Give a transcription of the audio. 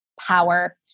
power